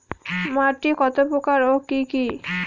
মাটি কতপ্রকার ও কি কী?